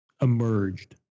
emerged